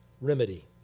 remedy